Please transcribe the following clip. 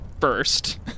first